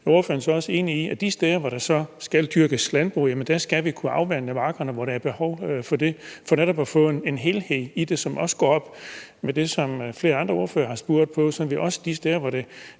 ordføreren så også enig i, at de steder, hvor der skal dyrkes landbrug, skal man kunne afvande markerne, hvor der er behov for det, for netop at få en helhed i det, som også går op med det, som flere andre ordførere har spurgt om? Så de steder, hvor der